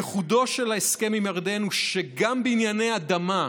ייחודו של ההסכם עם ירדן הוא שגם בענייני אדמה,